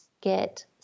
get